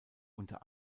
unter